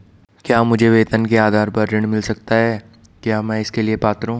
क्या मुझे वेतन के आधार पर ऋण मिल सकता है क्या मैं इसके लिए पात्र हूँ?